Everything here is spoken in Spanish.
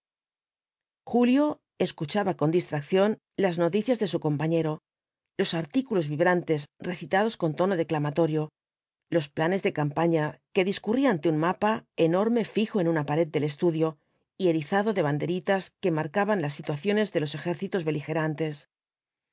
julio escuchaba con distracción las noticias de su compañero los artículos vibrantes recitados con tono declamatorio los planes de campaña que discurría ante un mapa enorme fijo en una pared del estadio y erizado de banderitas que marcaban las situaciones de los ejércitos beligerantes